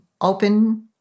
open